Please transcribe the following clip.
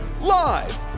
Live